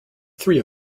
three